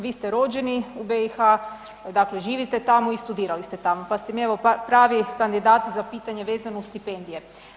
Vi ste rođeni u BiH, dakle živite tamo i studirali ste tamo pa ste mi evo pravi kandidat za pitanje vezano uz stipendije.